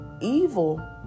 evil